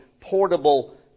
portable